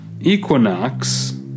Equinox